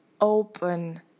open